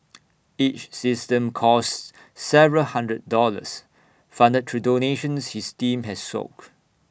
each system costs several hundred dollars funded through donations his team has sock